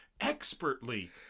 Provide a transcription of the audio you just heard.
expertly